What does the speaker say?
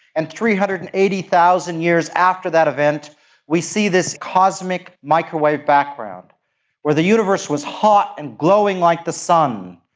and three hundred and eighty thousand years after that event we see this cosmic microwave background where the universe was hot and glowing like the sun,